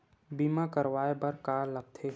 बीमा करवाय बर का का लगथे?